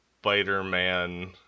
spider-man